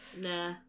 nah